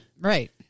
Right